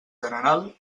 general